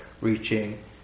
reaching